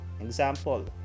example